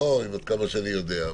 עד כמה שאני יודע,